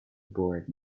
board